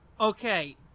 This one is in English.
Okay